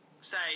say